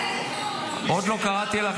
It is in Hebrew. עוד לא קראתי אותך